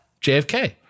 JFK